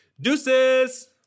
Deuces